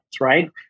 right